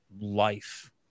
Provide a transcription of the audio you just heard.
life